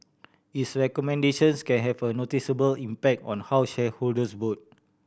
its recommendations can have a noticeable impact on how shareholders vote